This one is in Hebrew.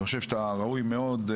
אני חושב שאתה ראוי מאוד.